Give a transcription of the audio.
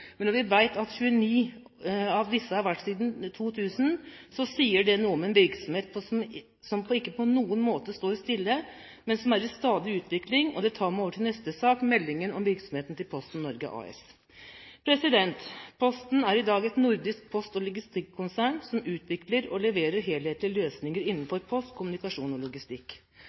men når vi vet at det har vært 29 siden 2000, sier det noe om en virksomhet som ikke på noen måte står stille, men som er i stadig utvikling. Det tar meg over til neste sak, meldingen om virksomheten til Posten Norge AS. Posten er i dag et nordisk post- og logistikkonsern som utvikler og leverer helhetlige løsninger innenfor post, kommunikasjon og logistikk.